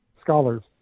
scholars